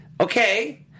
Okay